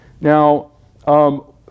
Now